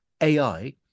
ai